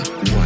One